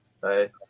right